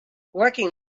working